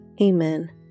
Amen